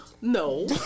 No